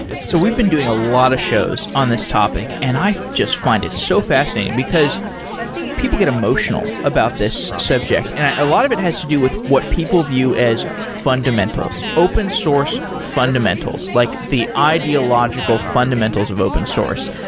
so we've been doing a lot of shows on this topic, and i just find it so fascinating, because people get emotional about this subject. and a lot of it has to do with what people view as fundamentals, open source fundamentals, like the ideological fundamentals of open source.